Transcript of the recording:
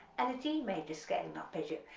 and a g major scale and arpeggio,